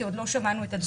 כי עוד לא שמענו את הדברים.